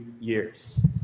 years